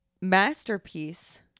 masterpiece